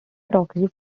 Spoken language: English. proxy